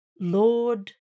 Lord